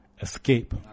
Escape